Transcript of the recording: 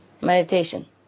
meditation